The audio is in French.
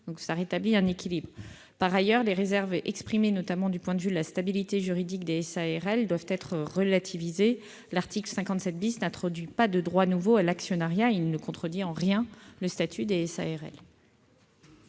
donc de rétablir un équilibre. Par ailleurs, les réserves exprimées, notamment du point de vue de la stabilité juridique des SARL, doivent être relativisées, car l'article 57 n'introduit pas de droits nouveaux à l'actionnariat et ne contredit en rien le statut des SARL.